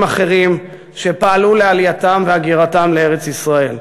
אחרים שפעלו לעלייתם והגירתם לארץ-ישראל.